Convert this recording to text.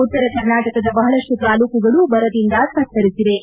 ಉತ್ತರ ಕರ್ನಾಟಕದ ಬಹಳಷ್ಟು ತಾಲೂಕುಗಳು ಬರದಿಂದ ತತ್ತರಿಸಿವೆ